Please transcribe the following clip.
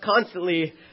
constantly